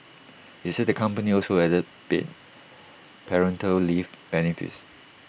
he said the company also added paid parental leave benefits